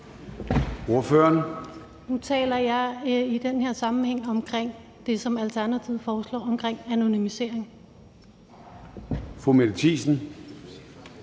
Nu taler jeg i den her sammenhæng om det, som Alternativet foreslår omkring anonymisering.